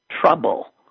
trouble